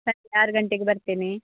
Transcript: ಸಂಜೆ ಆರು ಗಂಟೆಗೆ ಬರ್ತೇನೆ